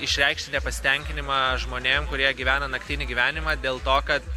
išreikšti nepasitenkinimą žmonėm kurie gyvena naktinį gyvenimą dėl to kad